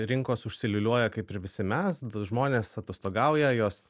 rinkos užsiliūliuoja kaip ir visi mes žmonės atostogauja jos